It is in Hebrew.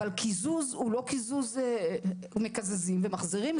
אבל קיזוז הוא לא קיזוז - מקזזים ומחזירים להם.